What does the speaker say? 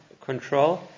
control